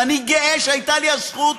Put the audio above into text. ואני גאה שהייתה לי הזכות,